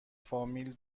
فامیل